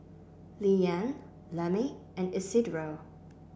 Leeann Lemmie and Isidro